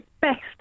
best